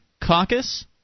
caucus